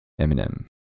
Eminem